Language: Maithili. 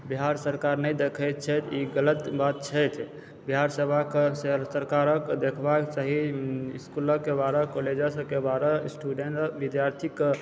बिहार सरकार नहि देखए छथि ई गलत बात छथि बिहार सरकारके देखबाके चाही स्कूलके बारे कॉलेज सबकेँ बारे स्टूडेण्ट विद्यार्थीके